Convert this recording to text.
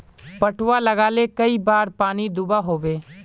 पटवा लगाले कई बार पानी दुबा होबे?